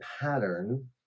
pattern